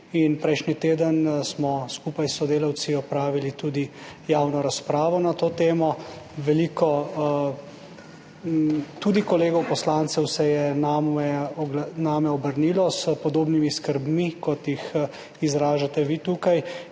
prejšnji teden smo skupaj s sodelavci opravili tudi javno razpravo na to temo. Veliko kolegov poslancev se je name obrnilo s podobnimi skrbmi, kot jih izražate vi tukaj,